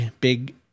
big